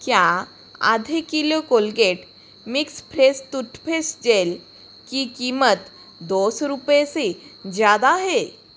क्या आधे kilo Colgate max fresh toothpaste gel की कीमत दो सौ रुपए से ज्यादा है